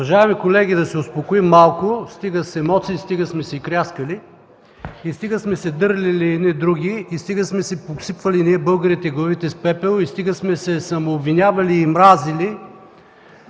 Уважаеми колеги, да се успокоим малко. Стига емоции, стига сме си кряскали, стига сме се дърляли едни други, стига сме си посипвали, ние, българите, главите с пепел и стига сме се обвинявали и мразели.